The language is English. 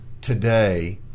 today